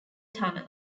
tunnel